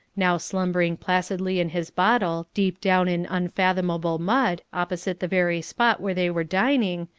now slumbering placidly in his bottle deep down in unfathomable mud, opposite the very spot where they were dining,